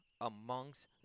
amongst